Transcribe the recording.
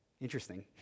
Interesting